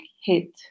hit